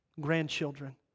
grandchildren